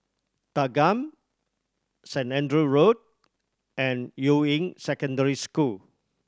Thanggam Saint Andrew Road and Yuying Secondary School